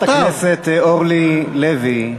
חברת הכנסת אורלי לוי.